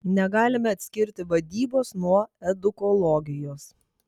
negalime atskirti vadybos nuo edukologijos